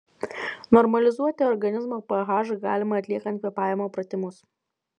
normalizuoti organizmo ph galima atliekant kvėpavimo pratimus